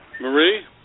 Marie